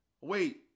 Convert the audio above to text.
wait